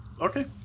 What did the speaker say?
Okay